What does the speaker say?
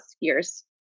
years